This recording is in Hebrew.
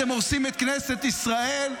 אתם הורסים את כנסת ישראל,